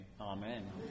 Amen